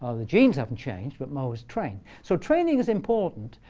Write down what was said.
ah the genes haven't changed. but mo was trained. so training is important.